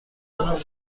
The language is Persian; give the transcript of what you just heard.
دارم